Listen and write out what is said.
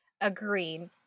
Agreed